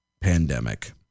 pandemic